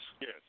Yes